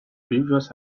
previous